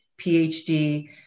PhD